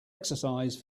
exercise